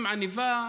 עם עניבה.